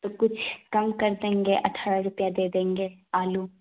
تو کچھ کم کر دیں گے اٹھارہ روپیہ دے دیں گے آلو